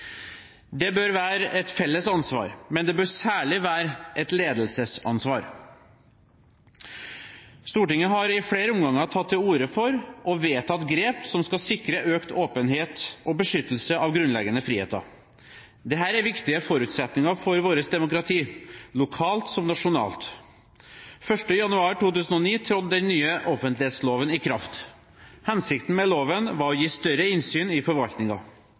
Det bør være et felles ansvar, men det bør særlig være et ledelsesansvar. Stortinget har i flere omganger tatt til orde for og fattet vedtak som skal sikre økt åpenhet og beskyttelse av grunnleggende friheter. Dette er viktige forutsetninger for demokratiet vårt, lokalt som nasjonalt. Den 1. januar 2009 trådte den nye offentlighetsloven i kraft. Hensikten med loven var å gi større innsyn i